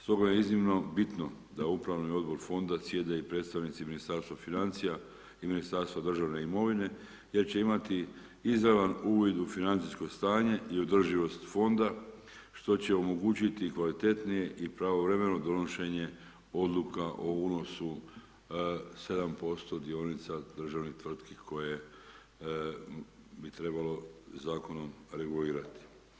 Stoga je iznimno bitno da upravni odbor fonda sjede i predstavnici ministarstva financija i ministarstva državne imovine, jer će imati izravan uvid u financijsko stanje i održivost fonda, što će omogućiti kvalitetnije i pravovremeno donošenje odluka o unosu 7% dionica državnih tvrtki koje bi trebalo zakonom regulirati.